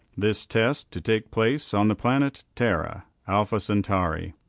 this test to take place on the planet tara, alpha centauri.